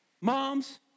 Moms